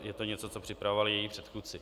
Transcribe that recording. Je to něco, co připravovali její předchůdci.